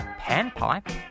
panpipe